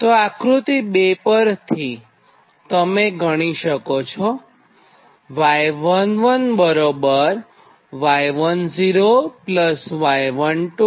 તો આકૃતિ 2 પરથી તમે ગણી શકો છો